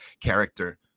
character